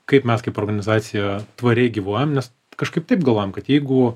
kaip mes kaip organizacija tvariai gyvuojame nes kažkaip taip galvojam kad jeigu